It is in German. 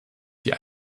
die